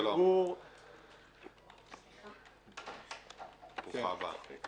ברוכה הבאה.